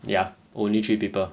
ya only three people